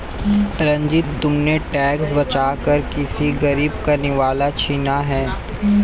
रंजित, तुमने टैक्स बचाकर किसी गरीब का निवाला छीना है